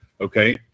Okay